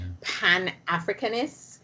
pan-Africanists